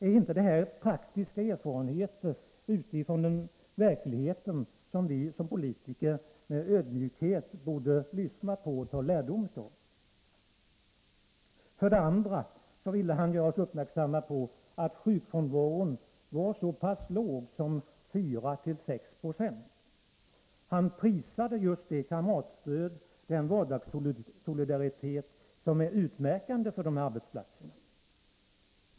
Ärinte detta praktiska erfarenheter som vi politiker med ödmjukhet borde ta lärdom av? Företagsläkaren ville också göra oss uppmärksamma på att sjukfrånvaron var så pass låg som 4-6 96. Han prisade just det kamratskap, den vardagssolidaritet, som är utmärkande för dessa arbetsplatser.